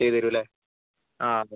ചെയ്ത് തരും അല്ലേ ആ